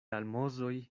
almozoj